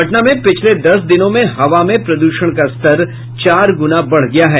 पटना में पिछले दस दिनों में हवा में प्रदूषण का स्तर चार गुना बढ़ गया है